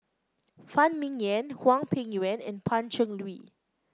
Phan Ming Yen Hwang Peng Yuan and Pan Cheng Lui